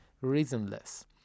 reasonless